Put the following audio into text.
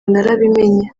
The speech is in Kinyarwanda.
narabimenye